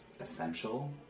essential